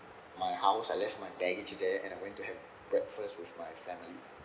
my house I left my baggage there and I went to have breakfast with my family